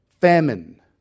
Famine